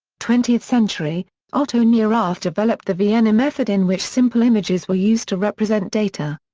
twentieth century otto neurath developed the vienna method in which simple images were used to represent data.